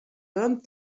learned